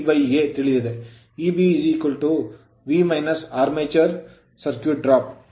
Eb V - armature circuit armature circuit ನಲ್ಲಿ drop